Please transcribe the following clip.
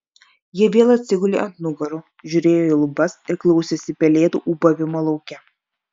jie vėl atsigulė ant nugarų žiūrėjo į lubas ir klausėsi pelėdų ūbavimo lauke